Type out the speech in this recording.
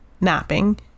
napping